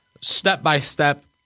step-by-step